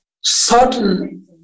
certain